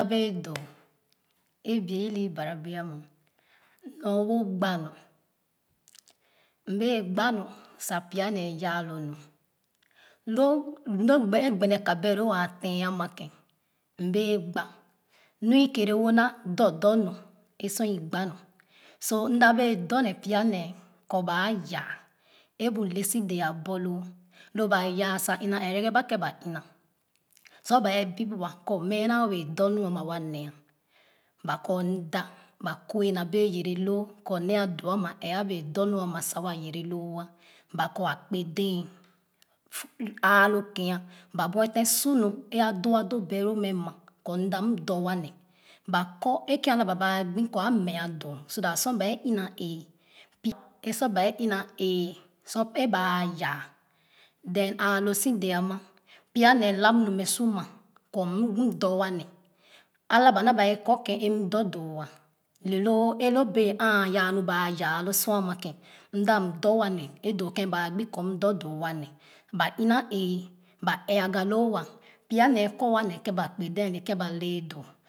Nu mda bee doo é bie ilo bara bee ama nor wo gbaa nu nubee gba mi sa pya nee yaa lo nu lo a gbeneka belo a͂a͂ ten ama ken m bee gba mu i kere wana dͻ dͻ nu é sor i gba nu so mda wεε dͻ ne pya nee kͻ ba yaa é bu lesi dee a borloo lo ba yaa sa εra ba ken ba ina sor ba é bip wa kͻ mε naa wεε dͻ nu ama wa nee ba kͻ mda be kue na bee yere loo kͻ nee'a doo ama εε bee dͻ nͻ'a ma sa wa yere loo ba kͻa kpe dee aa lo kee ba bueten sor nu é adoo beloo mε ma kͻ mda mdͻ wa nee ba kͻ é ken alaba baa gbi kͻ a mea do so that sor bae ina ee pi sor ba'ayaa then m a͂a͂ lo si dee ama pya nee lab nu mε su ma kͻ m dͻ wa nee alaba naa ba kͻ kͻ ken mdo doo nee lo bee a͂a͂ yaa nu ba yaa lo sor ama ken mda mdͻ wa nee doo ken baa gbi kͻ m dͻ doo wa nee ba ina ee ba egaloo wa pya nee kͻ wa ne ken ba kpe dee doo ne ken ba lee doo